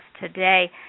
today